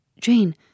Jane